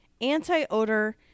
anti-odor